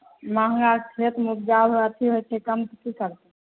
महँगा तऽ खेत मे उपजा भऽ अथी होइ छै कम तऽ की करतै